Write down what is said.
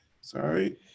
sorry